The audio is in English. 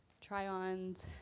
try-ons